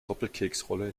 doppelkeksrolle